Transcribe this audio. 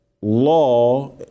law